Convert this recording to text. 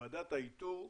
ועדת האיתור,